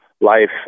life